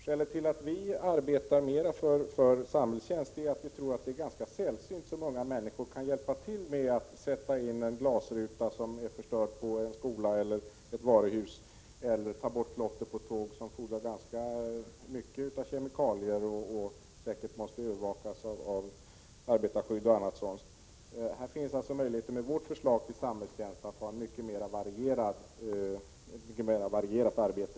Skälet till att vi arbetar mera för samhällstjänst är att vi tror att det är ganska sällsynt att unga människor kan hjälpa till med att byta ut en förstörd glasruta på en skola eller ett varuhus eller med att ta bort klotter på tåg, som fordrar ganska mycket av kemikalier och säkert måste övervakas av arbetarskydd m.m. Med vårt förslag till samhällstjänst finns möjligheter till ett mycket mer varierat arbete.